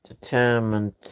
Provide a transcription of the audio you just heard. determined